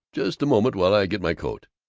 just a moment while i get my coat.